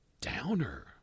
downer